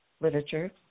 literature